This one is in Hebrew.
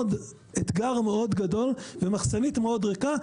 אתגר מאוד גדול ומחסנית מאוד ריקה,